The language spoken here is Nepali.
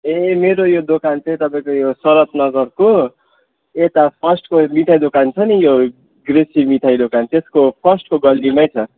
ए मेरो यो दोकान चाहिँ तपाईँको यो सरद नगरको यता फर्स्टको मिठाइ दोकान छ नि यो ग्रेसी मिठाई दोकान त्यसको फर्स्टको गल्लिमै छ